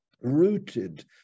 rooted